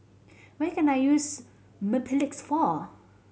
what can I use Mepilex for